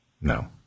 no